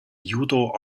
judo